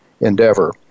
endeavor